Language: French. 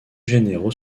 généraux